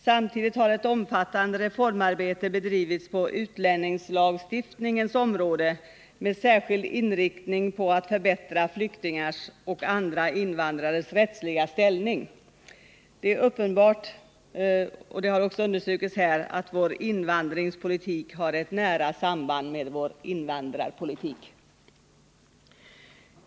Samtidigt har ett omfattande reformarbete bedrivits på utlänningslagstiftningens område med särskild inriktning på att förbättra flyktingars och andra invandrares rättsliga ställning. Det är uppenbart — och det har också understrukits här — att vår invandringspolitik har ett nära samband med vår invandrarpolitik.